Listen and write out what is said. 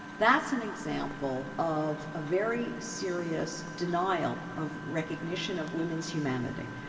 that's an example of a very serious denial of recognition of women's humanity.